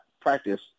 practice